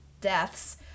deaths